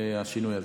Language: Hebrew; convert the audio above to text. השינוי הזה.